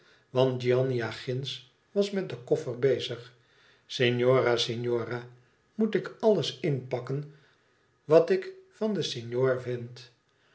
want giannina ginds was met den koffer bezig signora signora moet ik alles inpakken wat ik van den signorvind uit